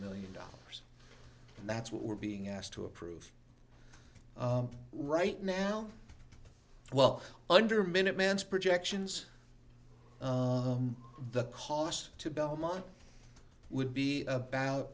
million dollars and that's what we're being asked to approve right now well under a minute man's projections the cost to belmont would be about